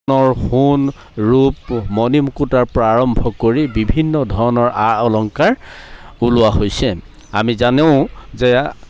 ধৰণৰ সোণ ৰূপ মণি মুকুটাৰ পৰা আৰম্ভ কৰি বিভিন্ন ধৰণৰ আ অলংকাৰ ওলোৱা হৈছে আমি জানো যে